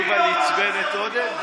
יובל עצבן את עודד?